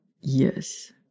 Yes